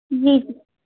जी